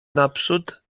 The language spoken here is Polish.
naprzód